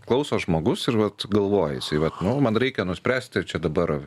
klauso žmogus ir vat galvoja jisai vat nu man reikia nuspręsti ar čia dabar